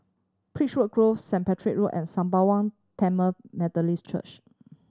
Beechwood Grove Saint Patrick Road and Sembawang Tamil Methodist Church